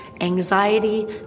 anxiety